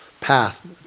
path